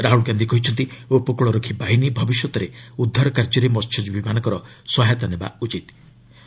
ରାହୁଲ୍ ଗାନ୍ଧି କହିଛନ୍ତି ଉପକୂଳରକ୍ଷୀ ବାହିନୀ ଭବିଷ୍ୟତରେ ଉଦ୍ଧାର କାର୍ଯ୍ୟରେ ମହ୍ୟଜୀମୀମାନଙ୍କ ସହାୟତା ନେବା ଆବଶ୍ୟକ